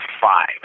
five